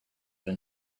been